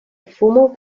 formal